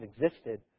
existed